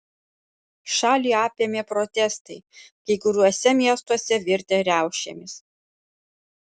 šalį apėmė protestai kai kuriuose miestuose virtę riaušėmis